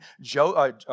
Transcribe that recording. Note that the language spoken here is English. joe